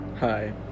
Hi